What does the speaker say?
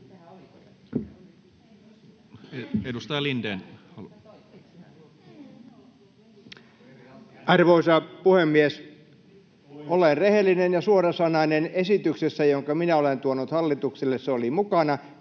15:27 Content: Arvoisa puhemies! Olen rehellinen ja suorasanainen: esityksessä, jonka minä olen tuonut hallitukselle, se oli mukana,